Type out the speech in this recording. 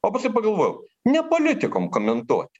o paskui pagalvojau ne politikam komentuoti